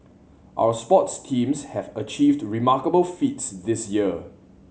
our sports teams have achieved remarkable feats this year